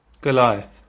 Goliath